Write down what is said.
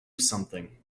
something